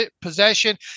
possession